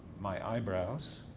my eyebrows,